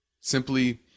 simply